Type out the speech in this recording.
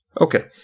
Okay